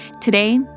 Today